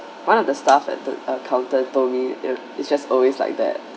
one of the staff at the counter told me it's just always like that